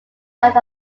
south